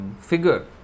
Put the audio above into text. figure